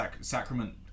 Sacrament